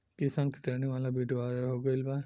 किसान के ट्रेनिंग वाला विडीओ वायरल हो गईल बा